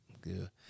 good